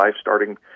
starting